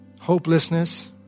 hopelessness